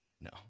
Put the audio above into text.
No